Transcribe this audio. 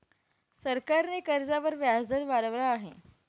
सरकारने कर्जावर व्याजदर वाढवला आहे